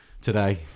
today